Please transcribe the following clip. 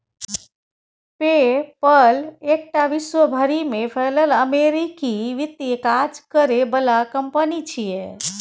पे पल एकटा विश्व भरि में फैलल अमेरिकी वित्तीय काज करे बला कंपनी छिये